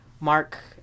Mark